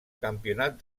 campionat